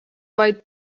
vaid